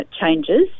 changes